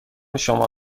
شما